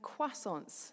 croissants